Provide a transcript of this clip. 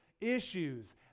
issues